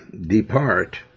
depart